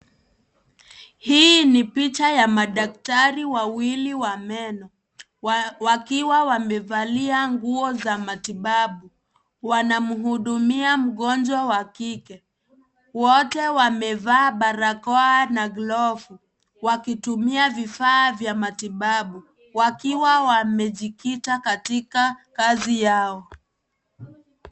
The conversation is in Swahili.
Hii ni picha ya madaktari wawili wa meno, wakiwa wamevalia nguo za matibabu wanamhudumia mgonjwa wa kike, wote barakoa na glovu wakitumia vifaa vya matibabu . Wakiwa wamejikita katikati kazi yao.